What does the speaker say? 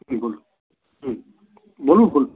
বলুন হুম বলুন বলুন